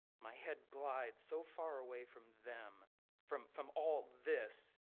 my head glides so far away from them from from all this.